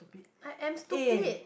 I am stupid